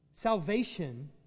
Salvation